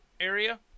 area